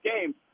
game